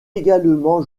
également